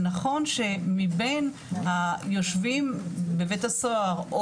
זה נכון שמבין היושבים בבית הסוהר,